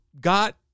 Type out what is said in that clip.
got